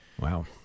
Wow